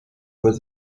poste